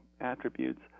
attributes